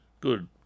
Good